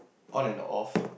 on and off